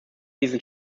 diesen